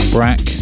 Brack